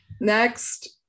next